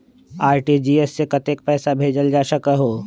RTGS से कतेक पैसा भेजल जा सकहु???